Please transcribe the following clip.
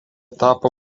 tapo